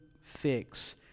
fix